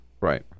right